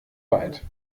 weit